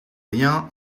rien